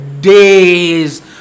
days